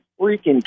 freaking